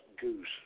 goose